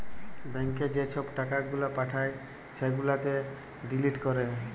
ব্যাংকে যে ছব টাকা গুলা পাঠায় সেগুলাকে ডিলিট ক্যরে